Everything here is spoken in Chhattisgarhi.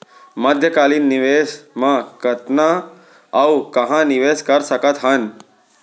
मध्यकालीन निवेश म कतना अऊ कहाँ निवेश कर सकत हन?